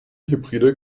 hybride